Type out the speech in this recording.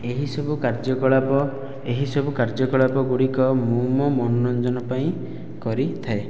ଏହିସବୁ କାର୍ଯ୍ୟକଳାପ ଏହିସବୁ କାର୍ଯ୍ୟକଳାପ ଗୁଡ଼ିକ ମୁଁ ମୋ ମନୋରଞ୍ଜନ ପାଇଁ କରିଥାଏ